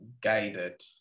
guided